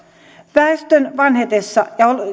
väestön vanhetessa